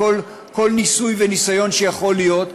לכל ניסוי וניסיון שיכול להיות.